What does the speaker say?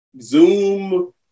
Zoom